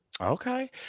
Okay